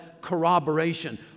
corroboration